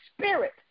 Spirit